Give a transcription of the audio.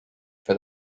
for